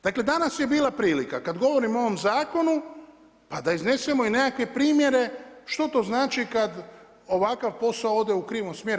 Dakle danas je bila prilika kada govorimo o ovom zakonu pa da iznesemo i nekakve primjere što to znači kada ovakav posao ode u krivom smjeru.